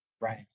Right